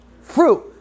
fruit